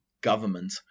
government